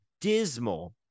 dismal